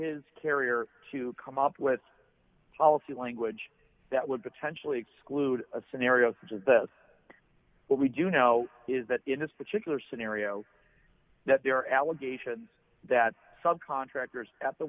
his carrier to come up with a policy language that would potentially exclude a scenario which is that what we do know is that in this particular scenario that there are allegations that sub contractors a